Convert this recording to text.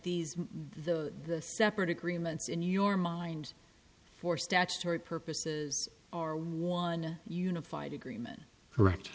these the the separate agreements in your mind for statutory purposes or one unified agreement correct